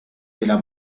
della